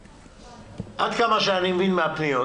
כמה שאני מבין מהפניות,